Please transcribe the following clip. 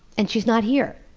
and she's not here,